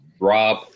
Rob